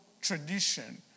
tradition